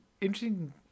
interesting